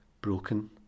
broken